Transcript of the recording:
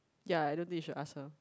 ya I don't think you should ask her